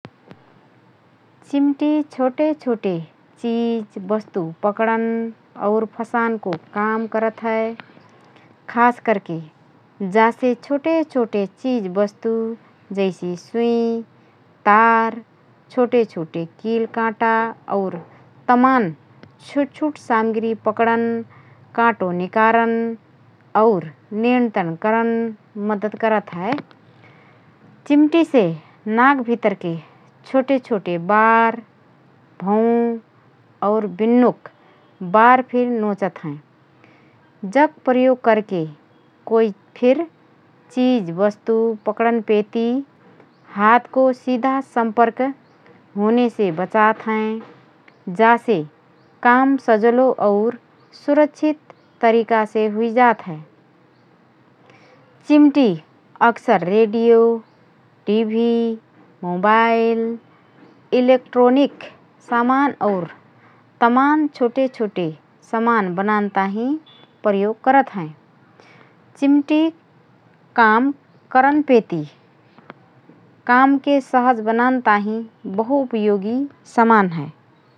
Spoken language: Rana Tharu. चिमटी छोटे छोटे चिझ वस्तु पकडन और फसानको काम करत हए । खास करके जासे छोटे छोटे चिझ वस्तु जैसि: सुई, तार, छोटे छोटे किल काँटा और तमान छुट छुट सामग्री पकडन, काँटो निकारंन और नियन्त्रण करन मद्दत करत हए । चिमटीसे नाकभितरके छोटे छोटे बार, भौँ और बिन्नोक बार फिर नोँचत हएँ । जक प्रयोग करके कोइ फिर चिझ वस्तु पकड़नपेति हातको सिधा सम्पर्क होनेसे बचजात हएँ । जासे काम सजलो और सुरक्षित तरिकासे हुइजात हए । चिमटी अक्सर रेडियो, टिभी, मोबाइल, इलेक्ट्रोनिक समान और तमान छोटे छोटे समान बनान ताहिँ प्रयोग करत हएँ । चिमटी काम करनपेति कामके सहज बनान ताहिँ बहु उपयोगी समान हए ।